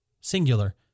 singular